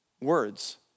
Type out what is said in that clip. words